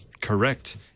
correct